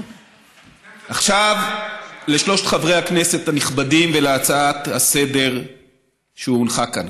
עכשיו לשלושת חברי הכנסת הנכבדים ולהצעה לסדר-היום שהונחה כאן.